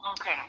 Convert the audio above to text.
Okay